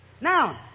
Now